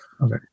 Okay